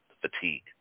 fatigue